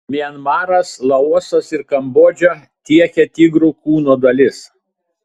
mianmaras laosas ir kambodža tiekia tigrų kūno dalis